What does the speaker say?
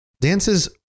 Dance's